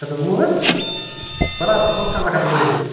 اکھ ہتھ وُہ حظ برابر مۅخصراکھ ہتھ وُہ رۄپیہِ